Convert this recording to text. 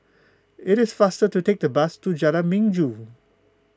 it is faster to take the bus to Jalan Minggu